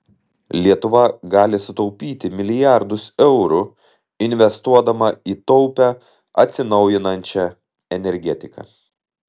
lietuva gali sutaupyti milijardus eurų investuodama į taupią atsinaujinančią energetiką